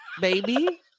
baby